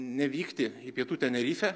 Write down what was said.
nevykti į pietų tenerifę